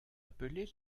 appelés